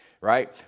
right